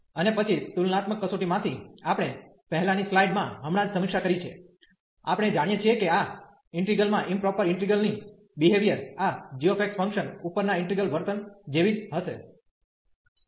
અને પછી તુલનાત્મક કસોટી માંથી આપણે પહેલાની સ્લાઇડ્સ માં હમણાં જ સમીક્ષા કરી છે આપણે જાણીએ છીએ કે આ ઈન્ટિગ્રલ આ ઈમપ્રોપર ઈન્ટિગ્રલ ની બીહેવીઅર આ gx ફંક્શન ઉપરના ઈન્ટિગ્રલ વર્તન જેવી જ હશે